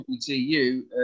WTU